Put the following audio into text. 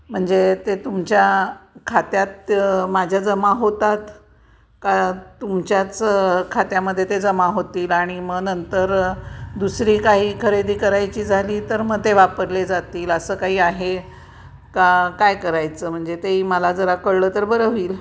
म्हणजे ते तुमच्या खात्यात माझ्या जमा होतात का तुमच्याच खात्यामध्ये ते जमा होतील आणि मग नंतर दुसरी काही खरेदी करायची झाली तर मग ते वापरले जातील असं काही आहे का काय करायचं म्हणजे ते मला जरा कळलं तर बरं होईल